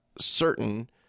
certain